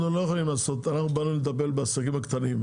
אנחנו מטפלים בעסקים קטנים,